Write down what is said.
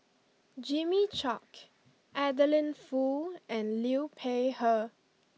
Jimmy Chok Adeline Foo and Liu Peihe